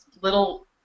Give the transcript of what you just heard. little